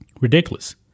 Ridiculous